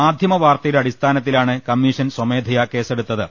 മാധ്യമ വാർത്തയുടെ അടിസ്ഥാനത്തി ലാണ് കമ്മിഷൻ സ്വമേധയാ കേസെടുത്തത്